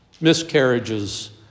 miscarriages